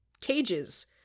cages